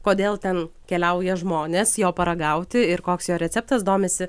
kodėl ten keliauja žmonės jo paragauti ir koks jo receptas domisi